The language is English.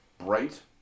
bright